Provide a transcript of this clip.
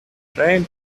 train